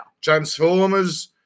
Transformers